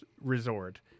resort